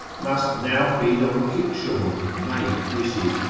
must now feed on kickshaws and made dishes,